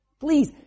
Please